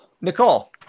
Nicole